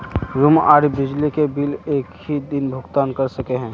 Room आर बिजली के बिल एक हि दिन भुगतान कर सके है?